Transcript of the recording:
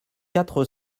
quatre